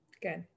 Good